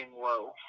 low